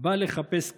בא לחפש כיסא.